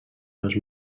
les